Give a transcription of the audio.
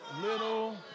little